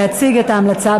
להציג את ההמלצה.